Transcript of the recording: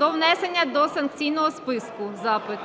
внесення до санкційного списку запит.